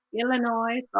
Illinois